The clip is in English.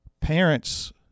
Parents